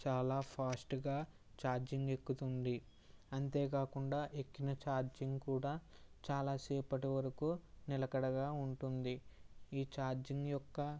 చాలా ఫాస్ట్గా ఛార్జింగ్ ఎక్కుతుంది అంతేకాకుండా ఎక్కిన ఛార్జింగ్ కూడా చాలా సేపటి వరకు నిలకడగా ఉంటుంది ఈ ఛార్జింగ్ యొక్క